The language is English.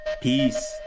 peace